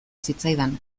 zitzaidan